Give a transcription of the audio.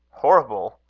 horrible!